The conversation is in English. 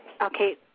Okay